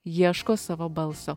ieško savo balso